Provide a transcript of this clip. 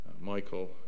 Michael